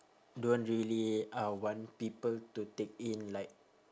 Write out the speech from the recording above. don't really uh want people to take in like